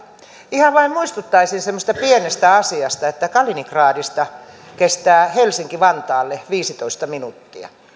ihan vain muistuttaisin semmoisesta pienestä asiasta että kaliningradista kestää helsinki vantaalle viisitoista minuuttia